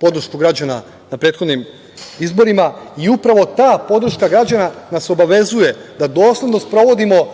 podršku građana na prethodnim izborima i upravo ta podrška građana nas obavezuje da dosledno sprovodimo